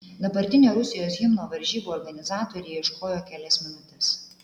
dabartinio rusijos himno varžybų organizatoriai ieškojo kelias minutes